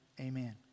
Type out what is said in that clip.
amen